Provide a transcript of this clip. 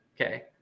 Okay